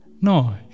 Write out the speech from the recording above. No